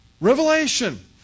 Revelation